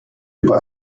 über